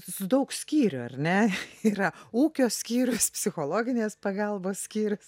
su daug skyrių ar ne yra ūkio skyrius psichologinės pagalbos skyrius